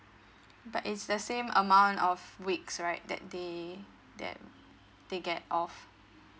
but is the same amount of weeks right that they that they get off